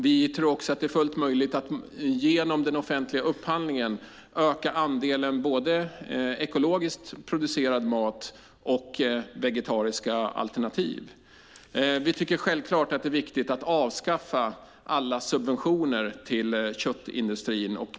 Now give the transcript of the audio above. Vi tror också att det är fullt möjligt att genom den offentliga upphandlingen öka andelen ekologiskt producerad mat och vegetariska alternativ. Vi tycker självklart att det är viktigt att avskaffa alla subventioner till köttindustrin.